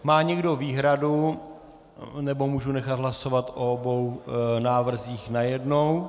Má někdo výhradu, nebo můžu nechat hlasovat o obou návrzích najednou?